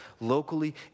locally